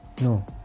No